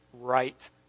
right